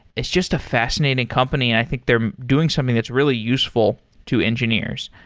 it's just a fascinating company and i think they're doing something that's really useful to engineers.